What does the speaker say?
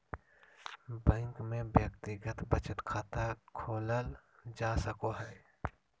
bank में व्यक्तिगत बचत खाता खोलल जा सको हइ